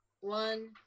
one